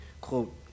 quote